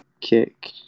kick